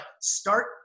start